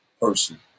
person